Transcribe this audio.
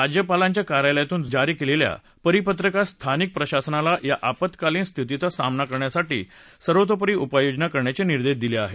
राज्यपालांच्या कार्यालयातून जारी केलेल्या परिपत्रकात स्थानिक प्रशासनाला या आपत्कालीन स्थितीचा सामना करण्यासाठी सर्वोतोपरी उपाययोजना करण्याचे निर्देश दिले आहेत